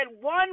one